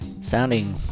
sounding